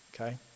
okay